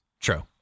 True